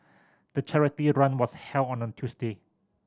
the charity run was held on a Tuesday